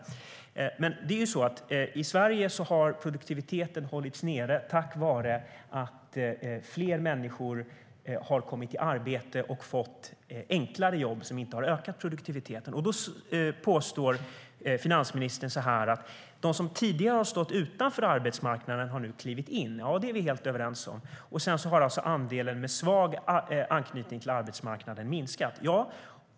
I Sverige har produktiviteten hållits nere på grund av att fler människor har kommit i arbete och fått enklare jobb som inte har ökat produktiviteten. Då påstår finansministern att de som tidigare har stått utanför arbetsmarknaden nu har klivit in. Ja, det är vi helt överens om. Andelen med svag anknytning till arbetsmarknaden har minskat.